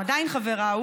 עדיין חברה,